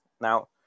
now